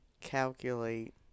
calculate